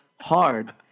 hard